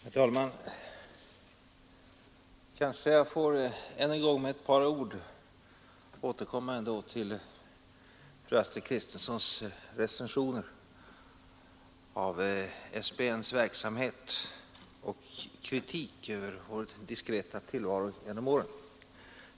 Herr talman! Kanske jag ännu en gång med ett par ord får återkomma till fru Astrid Kristenssons recension av SBN:s verksamhet och kritik av vår diskreta tillvaro genom åren.